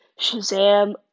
Shazam